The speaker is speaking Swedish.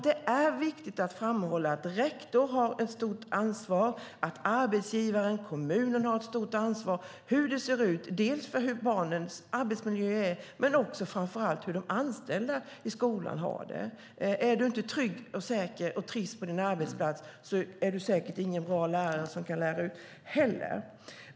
Det är viktigt att framhålla att rektor har ett stort ansvar och att arbetsgivaren, det vill säga kommunerna, har ett stort ansvar för barnens arbetsmiljö och framför allt för hur de anställda i skolan har det. Är man inte trygg och säker och trivs på sin arbetsplats är man säkert inte heller en bra lärare som kan lära ut.